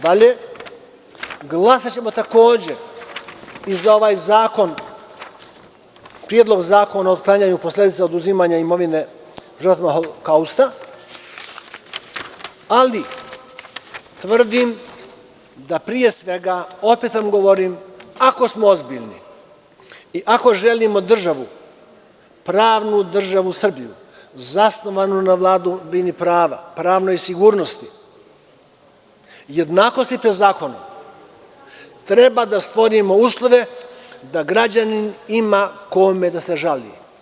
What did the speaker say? Dalje, glasaćemo takođe i za ovaj Predlog zakona o otklanjanju posledica oduzimanja imovine žrtvama Holokausta, ali tvrdim da pre svega, opet vam govorim, ako smo ozbiljni i ako želimo državu, pravnu državu Srbiju, zasnovanu na vladavini prava, pravnoj sigurnosti, jednakosti pred zakonom, treba da stvorimo uslove da građanin ima kome da se žali.